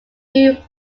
new